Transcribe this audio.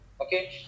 Okay